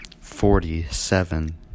forty-seven